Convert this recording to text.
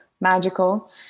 magical